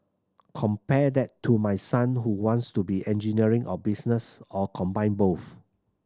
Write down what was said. compare that to my son who wants to do engineering or business or combine both